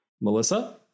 Melissa